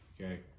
Okay